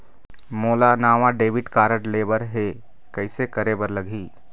मोला नावा debit card लेबर हे, कइसे करे बर लगही?